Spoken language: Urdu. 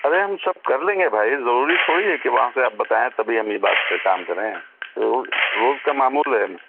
ارے ہم سب کر لیں گے بھائی ضروری تھوڑی ہے کہ وہاں سے آپ بتائیں تبھی ہم یہ بات پہ کام کریں تو روز کا معمول ہے